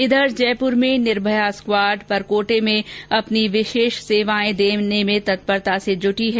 इधर जयपुर में निर्भया स्कवाड परकोटे में अपनी विशेष सेवाए देने में तत्परता से जुटी है